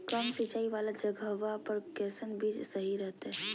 कम सिंचाई वाला जगहवा पर कैसन बीज सही रहते?